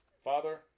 father